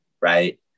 right